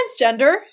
transgender